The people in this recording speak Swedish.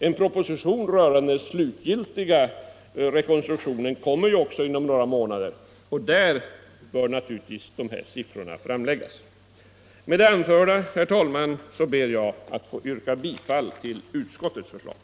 En proposition rörande den slutgiltiga rekonstruktionen kommer inom några månader, och där bör naturligtvis dessa siffror framläggas. Med det anförda, herr talman, ber jag att få yrka bifall till utskottets hemställan.